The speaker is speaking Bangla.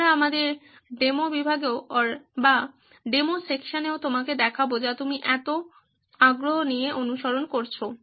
আমরা আমাদের ডেমো বিভাগেও তোমাকে দেখাবো যা তুমি এত আগ্রহ নিয়ে অনুসরণ করছো